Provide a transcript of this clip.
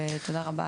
ותודה רבה.